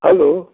hello